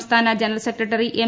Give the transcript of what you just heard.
സംസ്ഥാന general secretary M